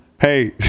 Hey